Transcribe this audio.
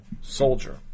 soldier